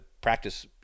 practice